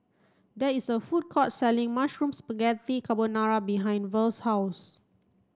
there is a food court selling Mushroom Spaghetti Carbonara behind Verl's house